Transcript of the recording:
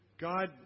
God